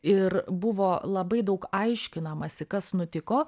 ir buvo labai daug aiškinamasi kas nutiko